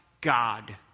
God